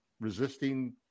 resisting